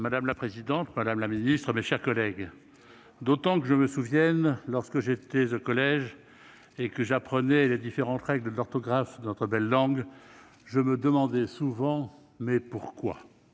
Madame la présidente, madame la secrétaire d'État, mes chers collègues, pour autant qu'il m'en souvienne, lorsque j'étais au collège et que j'apprenais les différentes règles de l'orthographe de notre belle langue, je me demandais souvent :« Mais pourquoi ?»